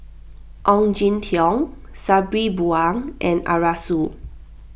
Ong Jin Teong Sabri Buang and Arasu